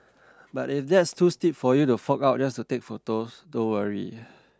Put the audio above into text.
but if that's too steep for you to fork out just to take photos don't worry